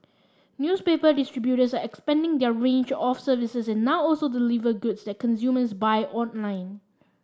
newspaper distributors are expanding their range of services and now also deliver goods that consumers buy online